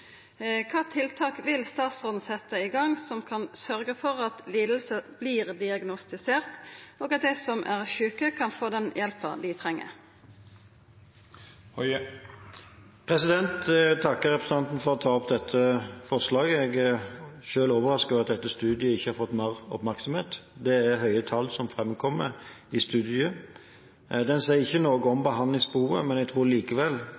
tiltak vil statsråden sette i gang som kan sørge for at lidelsene blir diagnostisert, og at de som er syke, kan få den hjelpen de trenger?» Jeg vil takke representanten for å ta opp dette spørsmålet. Jeg er selv overrasket over at denne studien ikke har fått mer oppmerksomhet. Det er høye tall som framkommer i studien. Den sier ikke noe om behandlingsbehovet, men jeg tror likevel